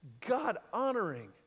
God-honoring